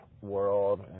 world